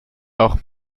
auch